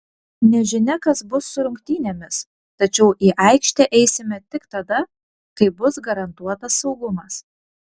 nežinia kas bus su rungtynėmis tačiau į aikštę eisime tik tada kai bus garantuotas saugumas